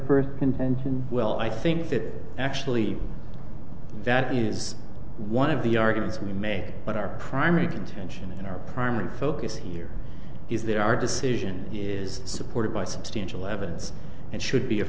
intention well i think that actually that is one of the arguments we may but our primary consideration and our primary focus here is that our decision is supported by substantial evidence and should be a